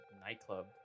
nightclub